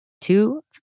two